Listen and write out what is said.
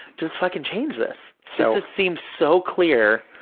just fucking change this. so this seems so clear,